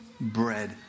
bread